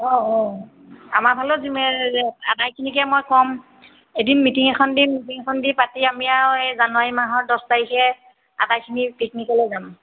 অঁ অঁ আমাৰ ফালৰো যিমে আটাইখিনিকে মই ক'ম এদিন মিটিং এখন দিম মিটিং এখন দি পাতি আমি আৰু এই জানুৱাৰী মাহৰ দহ তাৰিখে আটাইখিনি পিকনিকলৈ যাম